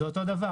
זה אותו דבר.